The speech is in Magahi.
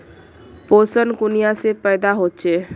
पोषण कुनियाँ से पैदा होचे?